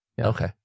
Okay